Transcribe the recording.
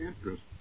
interest